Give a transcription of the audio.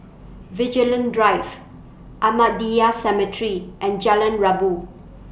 Vigilante Drive Ahmadiyya Cemetery and Jalan Rabu